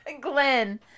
Glen